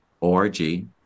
org